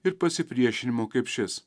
ir pasipriešinimų kaip šis